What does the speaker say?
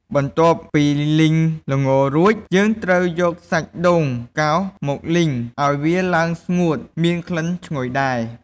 បន្ទាប់ពីលីងល្ងរួច យើងត្រូវយកសាច់ដូងកោសមកលីងឱ្យវាឡើងស្ងួតមានក្លិនឈ្ងុយដែរ។